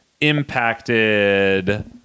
impacted